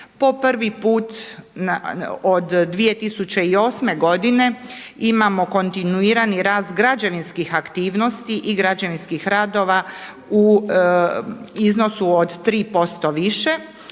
Po prvi put od 2008. godine imamo kontinuirani rast građevinskih aktivnosti i građevinskih radova u iznosu od 3% više.